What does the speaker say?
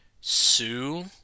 sue